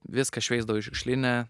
viską šveisdavo į šiukšlinę